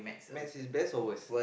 maths is best or worst